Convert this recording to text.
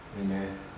Amen